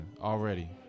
already